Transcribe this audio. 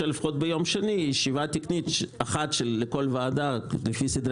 לפחות ביום שני ישיבה תקנית אחת של כל ועדה לפי סדרי